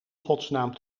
godsnaam